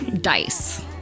dice